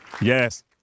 Yes